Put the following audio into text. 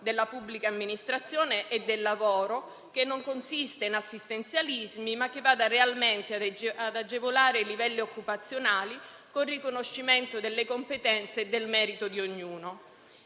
della pubblica amministrazione e del lavoro, che non consiste in assistenzialismi, ma che deve andare realmente ad agevolare i livelli occupazionali con riconoscimento delle competenze e del merito di ognuno.